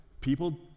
people